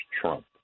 Trump